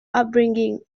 upbringing